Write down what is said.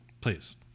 please